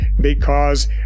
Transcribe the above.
because